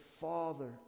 Father